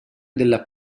della